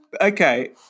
Okay